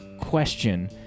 question